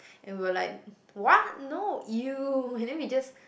we were like what no ew and then we just